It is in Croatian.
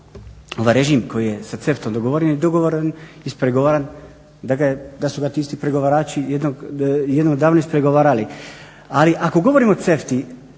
ovaj režim koji je sa CEFTA-om dogovoren je ispregovaran da su ga ti isti pregovarači jednom davno ispregovarali. Ali ako govorimo o